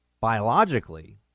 biologically